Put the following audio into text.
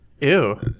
Ew